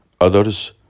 Others